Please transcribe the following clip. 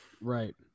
Right